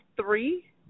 three